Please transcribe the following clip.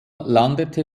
landete